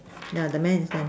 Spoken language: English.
yeah the man is stand